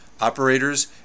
operators